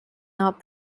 not